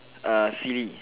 err silly